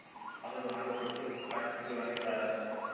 అసలు నాకు డ్రిప్లు కానీ స్ప్రింక్లర్ కానీ ఇస్తారా?